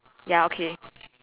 ya okay